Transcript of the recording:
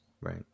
Right